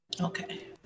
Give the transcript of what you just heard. Okay